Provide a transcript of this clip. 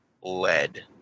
lead